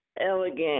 elegant